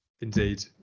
Indeed